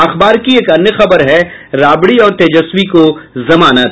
अखबार की एक अन्य खबर है राबड़ी और तेजस्वी को जमानत